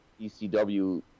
ECW